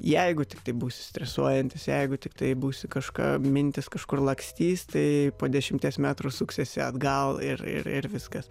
jeigu tiktai būsi stresuojantis jeigu tiktai būsi kažką mintys kažkur lakstys tai po dešimties metrų suksiesi atgal ir ir viskas